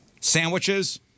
Sandwiches